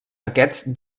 aquests